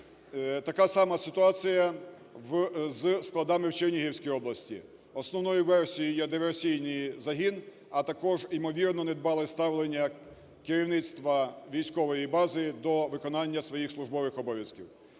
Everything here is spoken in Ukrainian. Така сама ситуація з складами в Чернігівській області. Основною версією є диверсійний загін, а також ймовірно недбале ставлення керівництва військової бази до виконання своїх службових обов'язків.